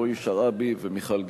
רועי שרעבי ומיכל גרסטלר.